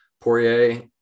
Poirier